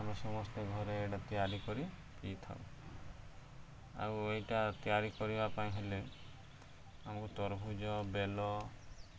ଆମେ ସମସ୍ତେ ଘରେ ଏଇଟା ତିଆରି କରି ପିଇଥାଉ ଆଉ ଏଇଟା ତିଆରି କରିବା ପାଇଁ ହେଲେ ଆମକୁ ତରଭୁଜ ବେଲ